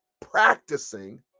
practicing